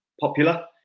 popular